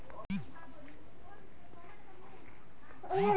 किसानन के खातिर सरकार का का योजना लागू कईले बा?